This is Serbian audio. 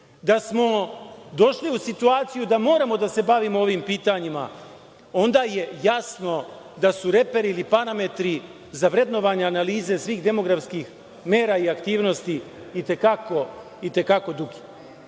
da smo došli u situaciju da moramo da se bavimo ovim pitanjima, onda je jasno da su reperi ili parametri za vrednovanje analize svih demografskih mera i aktivnosti i te kako